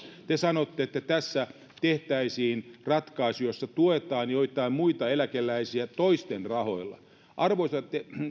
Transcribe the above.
te sanotte että tässä tehtäisiin ratkaisu jossa tuetaan joitain muita eläkeläisiä toisten rahoilla arvoisa